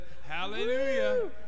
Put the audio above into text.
hallelujah